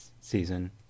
season